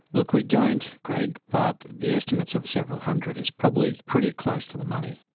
look we don't gregg, but the estimates of several hundred is probably pretty close to the money.